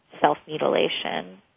self-mutilation